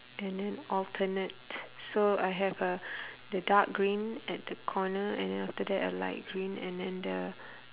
and then alternate so I have a the dark green at the corner and then after that a light green and then the